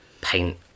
paint